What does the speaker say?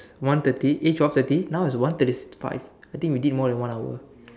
one thirty eh twelve thirty one is one thirty five I think we did more than one hour